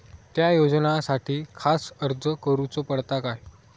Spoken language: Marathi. त्या योजनासाठी खास अर्ज करूचो पडता काय?